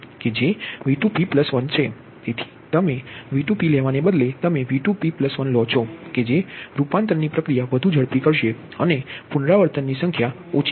તેથી તમે V2p લેવાને બદલે તમે V2p1 લો છો કે જે રૂપાંતરની પ્રક્રિયા વધુ ઝડપી કરશે અને પુનરાવર્તનની સંખ્યા ઓછી જોઇશે